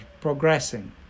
progressing